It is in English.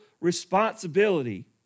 responsibility